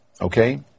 Okay